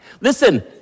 Listen